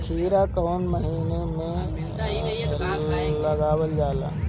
खीरा कौन महीना में लगावल जाला?